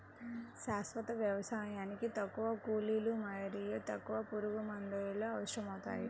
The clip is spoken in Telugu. శాశ్వత వ్యవసాయానికి తక్కువ కూలీలు మరియు తక్కువ పురుగుమందులు అవసరమవుతాయి